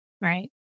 Right